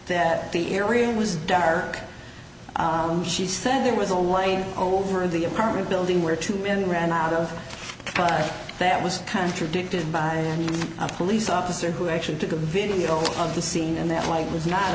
that the area was dark she said there was a white over the apartment building where two men ran out of that was contradicted by a police officer who actually took a video of the scene and that mike was not